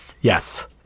Yes